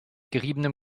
geriebenem